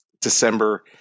December